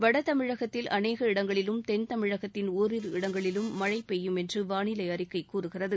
வட ் தமிழகத்தில் அநேக ் இடங்களிலும் தெள் தமிழகத்தின் ஓரிரு இடங்களிலும் மழை பெய்யுமென்று வானிலை அறிக்கை கூறுகிறது